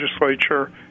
legislature